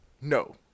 No